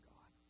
God